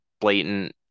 blatant